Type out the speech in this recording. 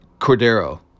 Cordero